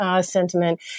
sentiment